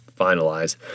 finalize